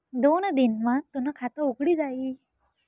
दोन दिन मा तूनं खातं उघडी जाई